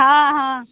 हँ हँ